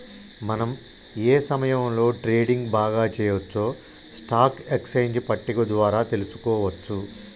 మనం ఏ సమయంలో ట్రేడింగ్ బాగా చెయ్యొచ్చో స్టాక్ ఎక్స్చేంజ్ పట్టిక ద్వారా తెలుసుకోవచ్చు